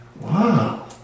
wow